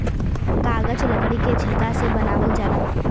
कागज लकड़ी के छिलका से बनावल जाला